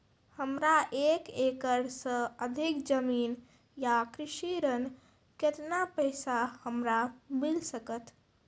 हमरा एक एकरऽ सऽ अधिक जमीन या कृषि ऋण केतना पैसा हमरा मिल सकत?